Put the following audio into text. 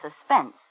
Suspense